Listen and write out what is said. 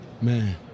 Man